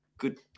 Good